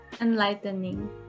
Enlightening